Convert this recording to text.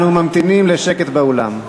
אנחנו ממתינים לשקט באולם.